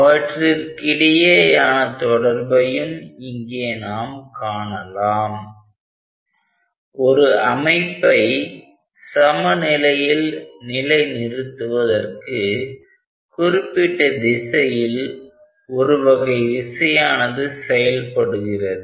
அவற்றிற்கிடையேயான தொடர்பையும் இங்கே நாம் காணலாம் ஒரு அமைப்பை சமநிலையில் நிலைநிறுத்துவதற்கு குறிப்பிட்ட திசையில் ஒருவகை விசையானது செயல்படுகிறது